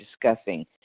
discussing